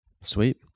Sweet